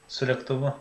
su lėktuvu